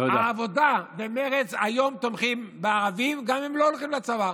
העבודה ומרצ היום תומכים בערבים גם אם הם לא הולכים לצבא.